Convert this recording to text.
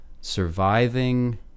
surviving